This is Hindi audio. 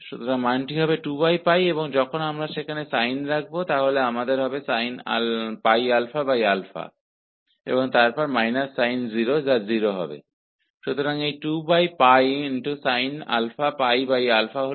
तो यह मान 2π होगा और जब हम वहां साइन डालते हैं तो हमें sin मिलता है और −sin0 का मान 0 होगा तो इंटीग्रल का मान 2 πsin होगा